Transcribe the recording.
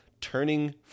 turning